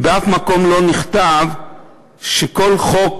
ובשום מקום לא נכתב שכל חוק